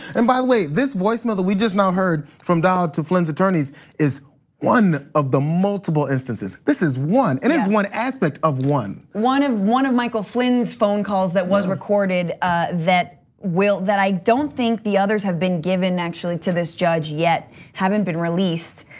and by the way, this voicemail that we just now heard from dowd to flynn's attorneys is one of the multiple instances. this is one and it is one aspect of one. one and one of michael flynn's phone calls that was recorded ah that that i don't think the others have been given actually to this judge yet haven't been released.